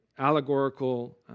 allegorical